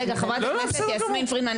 חברת הכנסת יסמין פרידמן,